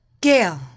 Gail